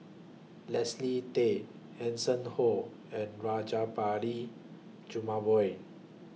Leslie Tay Hanson Ho and Rajabali Jumabhoy